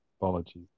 apologies